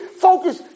focus